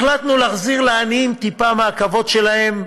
החלטנו להחזיר לעניים טיפה מהכבוד שלהם.